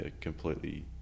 completely